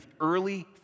early